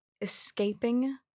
escaping